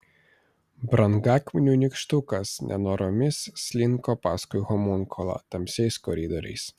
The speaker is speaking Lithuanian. brangakmenių nykštukas nenoromis slinko paskui homunkulą tamsiais koridoriais